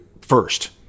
first